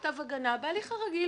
כתב הגנה בהליך הרגיל.